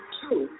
two